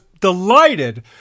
delighted